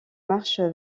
marche